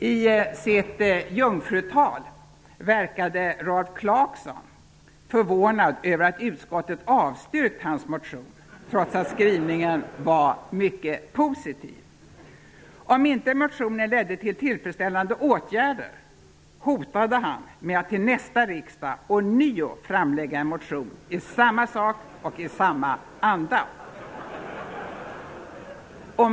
I sitt jungfrutal verkade Rolf Clarkson förvånad över att utskottet avstyrkt hans motion, trots att skrivningen var mycket positiv. Om inte motionen ledde till tillfredsställande åtgärder hotade han med att till nästa riksdag ånyo framlägga en motion i samma sak och i samma anda.